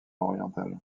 oriental